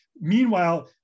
Meanwhile